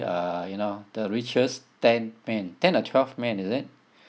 uh you know the richest ten men ten or twelve men is it